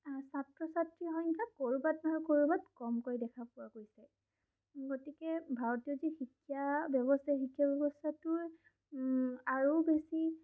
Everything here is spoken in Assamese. ছাত্ৰ ছাত্ৰীৰ সংখ্যা ক'ৰবাত নহয় ক'ৰবাত কমকৈ দেখা পোৱা গৈছে গতিকে ভাৰতীয় যি শিক্ষা ব্যৱস্থা শিক্ষা ব্যৱস্থাটোৰ আৰু বেছি